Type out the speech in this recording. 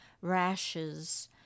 rashes